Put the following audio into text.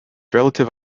relative